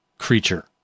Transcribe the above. creature